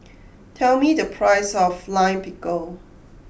tell me the price of Lime Pickle